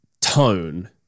tone